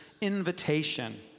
invitation